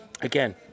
Again